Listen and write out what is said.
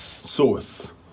source